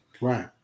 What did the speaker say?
Right